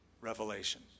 revelation